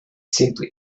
simply